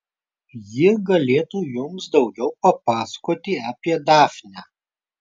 ji galėtų jums daugiau papasakoti apie dafnę